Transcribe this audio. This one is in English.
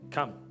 Come